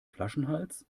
flaschenhals